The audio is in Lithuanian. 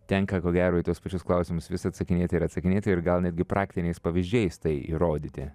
tenka ko gero į tuos pačius klausimus vis atsakinėti ir atsakinėti ir gal netgi praktiniais pavyzdžiais tai įrodyti